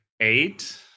eight